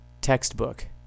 textbook